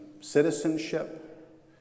citizenship